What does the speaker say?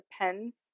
depends